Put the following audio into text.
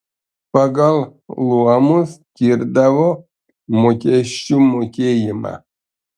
pagal luomus skirdavo mokesčių mokėjimą